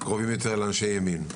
שקרובים יותר לאנשי ימין?